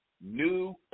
new